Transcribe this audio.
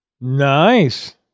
Nice